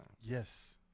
Yes